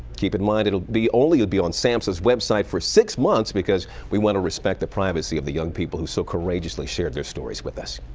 keep in mind it'll be only will be on samsa's website for six months because we want to respect the privacy of the young people who so courageously shared their stories with us.